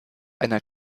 einer